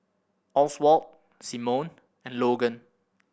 Oswald Simone and Logan